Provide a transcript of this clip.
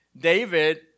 David